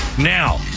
Now